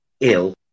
ill